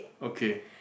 okay